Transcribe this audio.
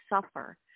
suffer